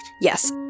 Yes